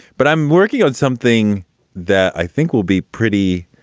but i'm working on something that i think will be pretty